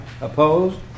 Opposed